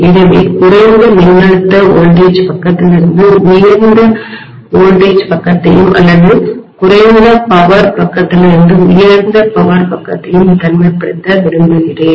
எனவே குறைந்த மின்னழுத்தவோல்டேஜ்பக்கத்திலிருந்து உயர் மின்னழுத்தவோல்டேஜ் பக்கத்தையும் அல்லது குறைந்த பவர் பக்கத்திலிருந்து உயர் பவர் பக்கத்தையும் தனிமைப்படுத்த விரும்புகிறேன்